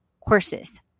courses